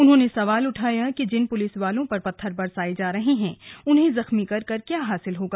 उन्होंने सवाल किया कि जिन पुलिसवालों पर पत्थर बरसाए जा रहे हैं उन्हें जख्मी करके क्या हासिल होगा